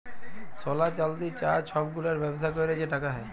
সলা, চাল্দি, চাঁ ছব গুলার ব্যবসা ক্যইরে যে টাকা হ্যয়